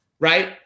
right